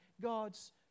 God's